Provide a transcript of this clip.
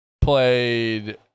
played